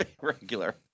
Regular